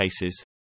cases